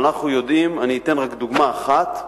אבל אנחנו יודעים, אני אתן רק דוגמה אחת: